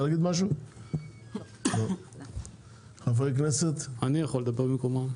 מה רצית לומר?